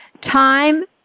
Time